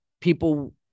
people